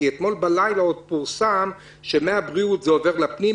כי אתמול בלילה עוד פורסם שמהבריאות זה עובר לפנים,